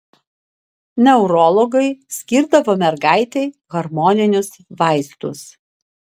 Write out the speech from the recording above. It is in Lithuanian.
neurologai skirdavo mergaitei hormoninius vaistus